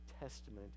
testament